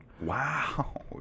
Wow